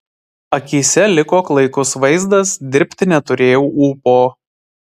akyse liko klaikus vaizdas dirbti neturėjau ūpo